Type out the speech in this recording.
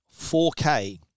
4K